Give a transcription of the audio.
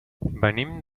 venim